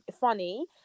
funny